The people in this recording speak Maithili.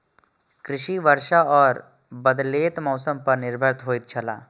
कृषि वर्षा और बदलेत मौसम पर निर्भर होयत छला